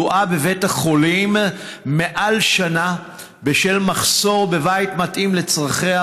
כלואה בבית החולים יותר משנה בשל מחסור בבית המתאים לצרכיה,